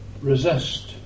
resist